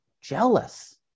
jealous